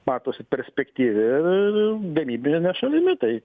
matosi perspektyvi gamybine šalimi tai